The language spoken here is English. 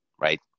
right